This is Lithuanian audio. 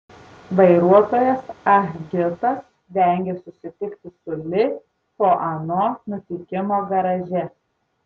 vairuotojas ah gitas vengė susitikti su li po ano nutikimo garaže